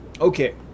Okay